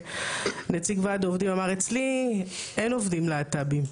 ונציג ועד עובדים אמר אצלי אין עובדים להט"בים.